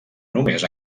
només